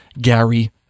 Gary